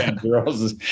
girls